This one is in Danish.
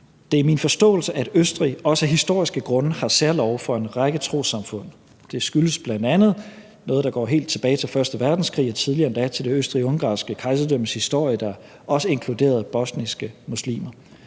det er min forståelse, at Østrig også af historiske grunde har særlove for en række trossamfund. Det skyldes bl.a. noget, der går helt tilbage til første verdenskrig og tidligere endda, til det østrigsk-ungarske kejserdømmes historie, der også inkluderede bosniske muslimer.